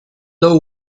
low